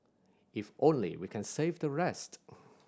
if only we can save the rest